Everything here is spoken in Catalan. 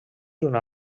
una